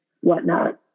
whatnot